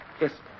Yes